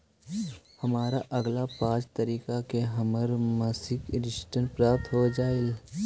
हमरा अगला पाँच तारीख के हमर मासिक रिटर्न प्राप्त हो जातइ